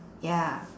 ya